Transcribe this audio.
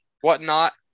whatnot